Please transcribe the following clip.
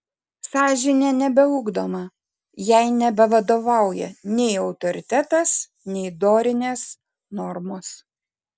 sąžinė nebeugdoma jai nebevadovauja nei autoritetas nei dorinės normos